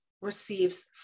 receives